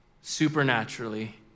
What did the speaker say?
supernaturally